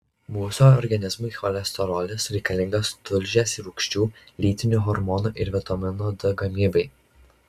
mūsų organizmui cholesterolis reikalingas tulžies rūgščių lytinių hormonų ir vitamino d gamybai